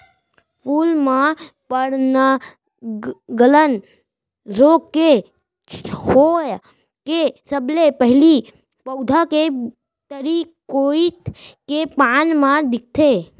फूल म पर्नगलन रोग के होय ले सबले पहिली पउधा के तरी कोइत के पाना म दिखथे